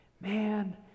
Man